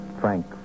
Frank